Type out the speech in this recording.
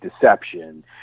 deception